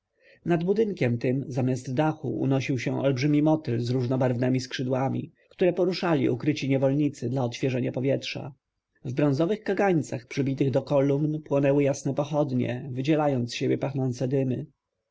nad budynkiem tym zamiast dachu unosił się olbrzymi motyl z różnobarwnemi skrzydłami które poruszali ukryci niewolnicy dla odświeżania powietrza w bronzowych kagańcach przybitych do kolumn płonęły jasne pochodnie wydzielając z siebie pachnące